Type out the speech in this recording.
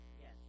Yes